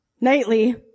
nightly